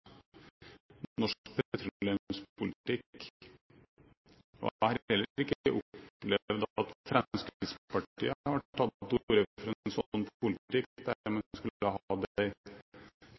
norsk petroleumspolitikk – og jeg har heller ikke opplevd at Fremskrittspartiet har tatt til orde for en sånn politikk – at man skulle ha hatt en